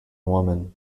woman